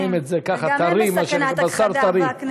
הם מקבלים את זה ככה טרי, מה שנקרא בשר טרי.